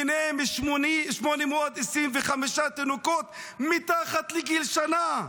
ביניהם 825 תינוקות מתחת לגיל שנה.